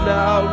now